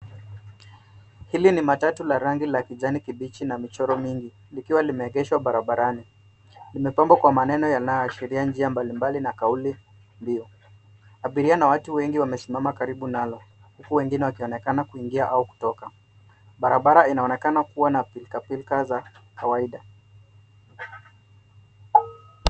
Hili ni matatu la rangi ya kijani kibichi na michoro mingi, likiwa limeegeshwa barabarani. Limepambwa kwa maneno yanayoashiria njia mbalimbali na kauli mbiu. Abiria na watu wengi wamesimama karibu nalo, huku wengine wakionekana kuingia au kutoka. Barabara inaonekana kuwa na pilikapilika za kawaida.